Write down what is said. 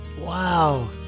Wow